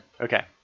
Okay